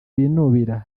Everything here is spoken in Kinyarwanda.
binubira